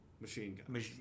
machine